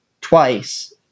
twice